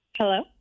Hello